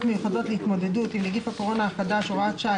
מיוחדות להתמודדות עם נגיף הקורונה החדש (הוראת שעה),